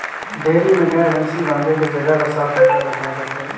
dairy में गाय, भइसी बांधे के जघा ल साफ सुथरा रखना परथे